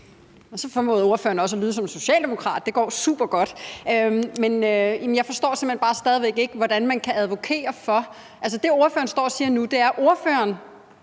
Så formåede ordføreren også at lyde som en socialdemokrat, og det går supergodt. Men jeg forstår simpelt hen bare stadig væk ikke, hvordan man kan advokere for det. Altså, det, som ordføreren nu står og siger, er, at ordføreren